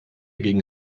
gegen